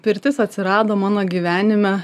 pirtis atsirado mano gyvenime